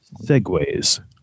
Segways